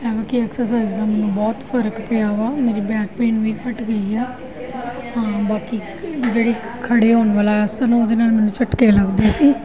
ਕਿ ਐਕਸਰਸਾਈਜ਼ ਦਾ ਮੈਨੂੰ ਬਹੁਤ ਫਰਕ ਪਿਆ ਵਾ ਮੇਰੀ ਬੈਕ ਪੇਨ ਵੀ ਘੱਟ ਗਈ ਆ ਬਾਕੀ ਜਿਹੜੇ ਖੜੇ ਹੋਣ ਵਾਲਾ ਆਸਣ ਉਹਦੇ ਨਾਲ ਮੈਨੂੰ ਝਟਕੇ ਲੱਗਦੇ ਸੀ